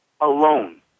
alone